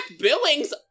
Billings